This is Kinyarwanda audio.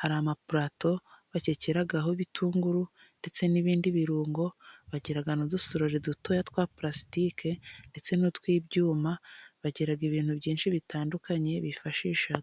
Hari amaparato bakekeraho ibitunguru, ndetse n'ibindi birungo. Bagira n'udusorori dutoya twa palasitike, ndetse n'utw'ibyuma, bagira ibintu byinshi bitandukanye bifashisha.